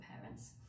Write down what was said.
parents